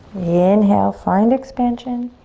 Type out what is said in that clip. inhale, find expansion.